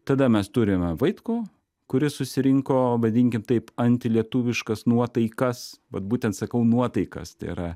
tada mes turime vaitkų kuris susirinko vadinkim taip antilietuviškas nuotaikas vat būtent sakau nuotaikas tai yra